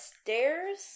stairs